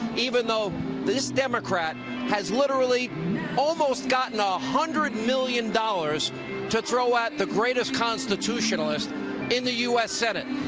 even though this democrat has literally almost gotten a hundred million dollars to throw at the greatest constitutionalist in the u s. senate.